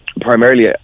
Primarily